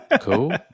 Cool